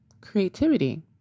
creativity